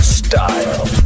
style